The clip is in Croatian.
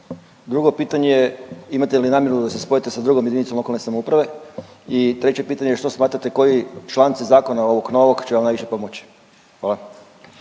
Drugo pitanje je imate li namjeru da se spojite sa drugom jedinicom lokalne samouprave i treće pitanje što smatrate koji članci zakona ovog novog će vam najviše pomoći? Hvala.